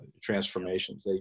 transformations